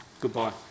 goodbye